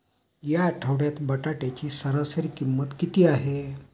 या आठवड्यात बटाट्याची सरासरी किंमत किती आहे?